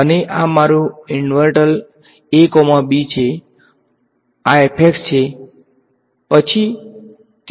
અને આ મારું ઈંટર્વલ અ કોમા બી છે આ છે પછી તે શું કહે છે